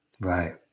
Right